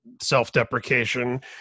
self-deprecation